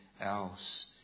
else